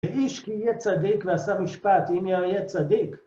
איש כי יהיה צדיק ועשה משפט, אם יהיה צדיק.